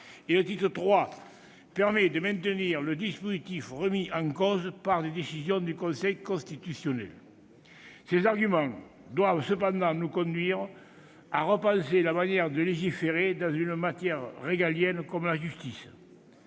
Et le titre III permet de maintenir des dispositifs remis en cause par des décisions du Conseil constitutionnel. Ces ajustements doivent cependant nous conduire à repenser la manière de légiférer dans une matière régalienne comme la justice.